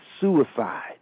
suicide